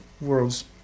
world's